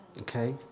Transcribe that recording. okay